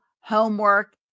homework